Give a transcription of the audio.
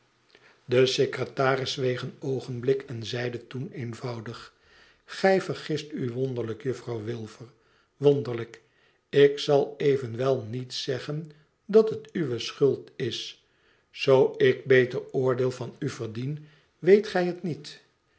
de secretaris zweeg een oo enblik en zeide toen eenvoudig gij vergist u wonderlijk juffrouw wilfer wonderlijk ik zal evenwel niet zeggen dat het uwe schuld is zoo ik beter oordeel van u verdien weet gij het niet